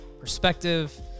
perspective